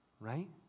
right